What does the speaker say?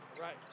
Right